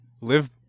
live